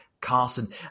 Carson